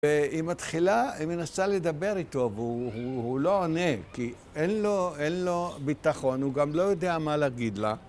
היא מתחילה, היא מנסה לדבר איתו, והוא לא עונה, כי אין לו ביטחון, הוא גם לא יודע מה להגיד לה.